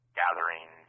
gathering